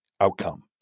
outcome